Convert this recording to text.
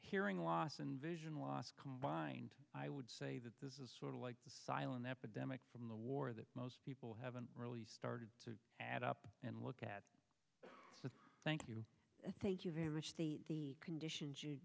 hearing loss and vision loss combined i would say that this is sort of like the silent epidemic from the war that most people haven't really started to add up and look at that thank you thank you very much the conditions you